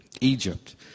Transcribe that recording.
Egypt